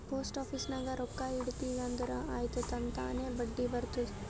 post office ನಾಗ್ ರೊಕ್ಕಾ ಇಟ್ಟಿದಿ ಅಂದುರ್ ಆಯ್ತ್ ತನ್ತಾನೇ ಬಡ್ಡಿ ಬರ್ತುದ್